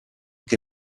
che